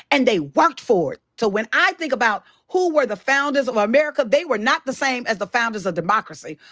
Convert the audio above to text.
and they worked for it. so when i think about who were the founders of america, they were not the same as the founders of democracy.